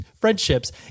friendships